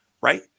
right